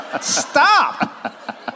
stop